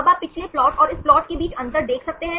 अब आप पिछले प्लॉट और इस प्लॉट के बीच अंतर देख सकते हैं